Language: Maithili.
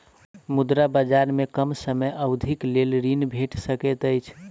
मुद्रा बजार में कम समय अवधिक लेल ऋण भेट सकैत अछि